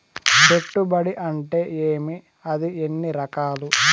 పెట్టుబడి అంటే ఏమి అది ఎన్ని రకాలు